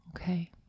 Okay